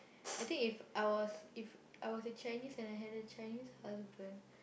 I think if I was If I was a Chinese and I had a Chinese husband